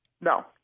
No